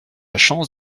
chance